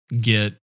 get